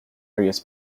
various